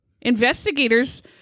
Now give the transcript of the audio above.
investigators